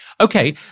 Okay